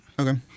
Okay